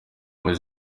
boys